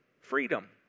freedom